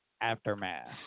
Aftermath